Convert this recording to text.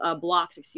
blocks